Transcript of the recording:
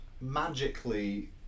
Magically